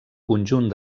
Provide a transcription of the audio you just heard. conjunt